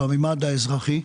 בממד האזרחי,